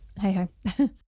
hey-ho